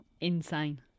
insane